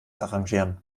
arrangieren